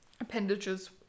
appendages